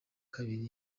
kabiri